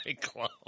club